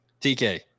TK